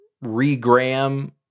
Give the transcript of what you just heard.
re-gram